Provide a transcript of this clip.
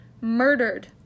murdered